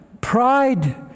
Pride